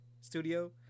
studio